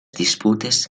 disputes